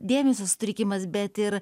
dėmesio sutrikimas bet ir